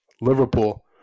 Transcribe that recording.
Liverpool